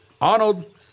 Arnold